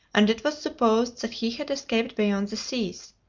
and it was supposed that he had escaped beyond the seas.